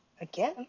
again